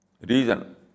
reason